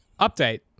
Update